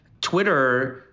Twitter